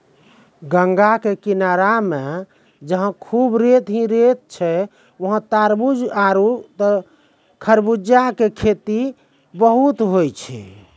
गंगा के किनारा मॅ जहां खूब रेत हीं रेत छै वहाँ तारबूज आरो खरबूजा के खेती खूब होय छै